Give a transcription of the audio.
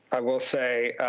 i will say,